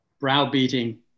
browbeating